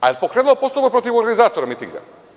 Da li je pokrenuo postupak protiv organizatora mitinga?